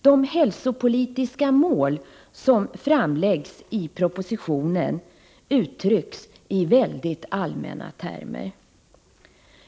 De hälsopolitiska mål som uppställs i propositionen uttrycks i mycket allmänna termer.